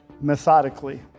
methodically